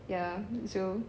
ya so